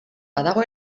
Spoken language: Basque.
badago